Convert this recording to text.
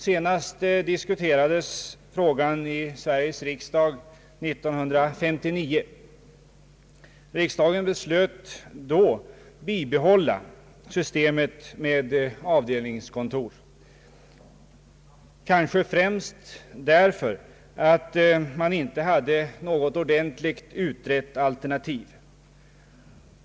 Senast diskuterades frågan i Sveriges riksdag 1959. Riksdagen beslöt då att bibehålla systemet med avdelningskontor, kanske främst därför att man inte hade något ordentligt utrett alternativ.